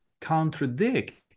contradict